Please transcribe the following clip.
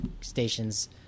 stations